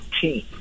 team